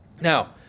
Now